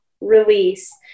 release